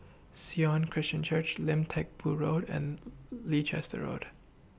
Sion Christian Church Lim Teck Boo Road and Leicester Road